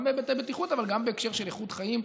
גם בהיבטי בטיחות אבל גם בהקשר של איכות חיים,